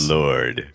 lord